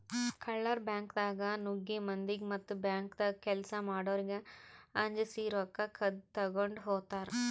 ಕಳ್ಳರ್ ಬ್ಯಾಂಕ್ದಾಗ್ ನುಗ್ಗಿ ಮಂದಿಗ್ ಮತ್ತ್ ಬ್ಯಾಂಕ್ದಾಗ್ ಕೆಲ್ಸ್ ಮಾಡೋರಿಗ್ ಅಂಜಸಿ ರೊಕ್ಕ ಕದ್ದ್ ತಗೊಂಡ್ ಹೋತರ್